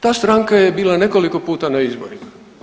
Ta stranka je bila nekoliko puta na izborima.